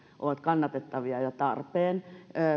ovat kannatettavia ja tarpeen